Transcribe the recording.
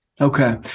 Okay